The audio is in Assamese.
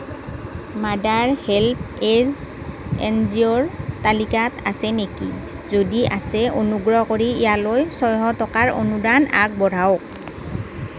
mother help as N G অ'ৰ তালিকাত আছে নেকি যদি আছে অনুগ্ৰহ কৰি ইয়ালৈ ছয়শ টকাৰ অনুদান আগবঢ়াওক